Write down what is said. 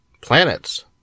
planets